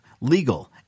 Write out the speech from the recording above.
legal